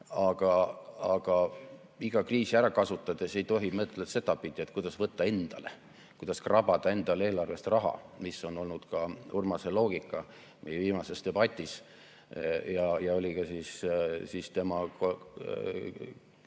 aga iga kriisi ära kasutades ei tohi mõelda sedapidi, et kuidas võtta endale, kuidas krabada endale eelarvest raha, mis oli ka Urmase loogika meie viimases debatis ja see oli ka tema